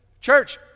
Church